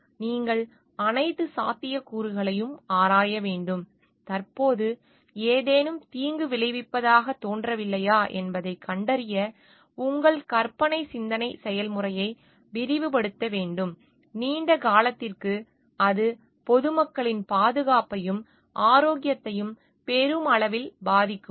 நீங்கள் அனைத்து சாத்தியக்கூறுகளையும் ஆராய வேண்டும் தற்போது ஏதேனும் தீங்கு விளைவிப்பதாகத் தோன்றவில்லையா என்பதைக் கண்டறிய உங்கள் கற்பனை சிந்தனை செயல்முறையை விரிவுபடுத்த வேண்டும் நீண்ட காலத்திற்கு அது பொதுமக்களின் பாதுகாப்பையும் ஆரோக்கியத்தையும் பெருமளவில் பாதிக்குமா